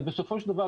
ובסופו של דבר,